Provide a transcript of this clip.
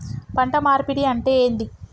పంట మార్పిడి అంటే ఏంది?